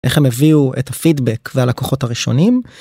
איך הם הביאו את הפידבק והלקוחות הראשונים.